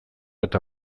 eta